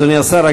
אדוני השר,